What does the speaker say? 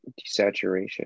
desaturation